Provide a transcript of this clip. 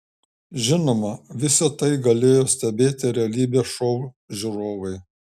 žinoma visa tai galėjo stebėti realybės šou žiūrovai